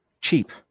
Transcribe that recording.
cheap